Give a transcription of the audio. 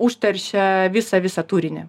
užteršia visą visą turinį